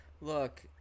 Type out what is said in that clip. look